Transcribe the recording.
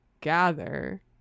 gather